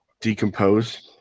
decompose